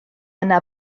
yna